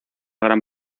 gran